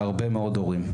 להרבה מאוד הורים,